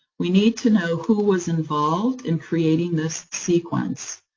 we need to know who was involved in creating this sequence,